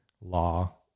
law